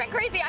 but crazy. um